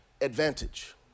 advantage